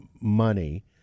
money